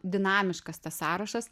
dinamiškas tas sąrašas